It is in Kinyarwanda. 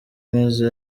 maze